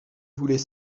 voulait